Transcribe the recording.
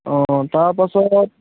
অঁ তাৰ পাছত